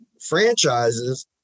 franchises